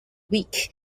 weak